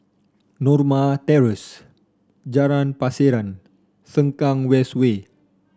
Norma Terrace Jalan Pasiran Sengkang West Way